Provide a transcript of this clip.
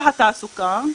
והתעסוקה,